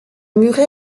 muret